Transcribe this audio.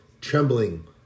trembling